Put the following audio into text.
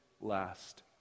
last